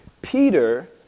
Peter